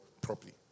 properly